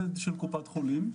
קופת חולים.